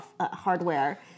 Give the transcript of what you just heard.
hardware